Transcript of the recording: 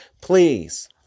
Please